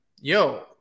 yo